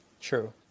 true